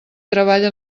treballa